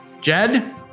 Jed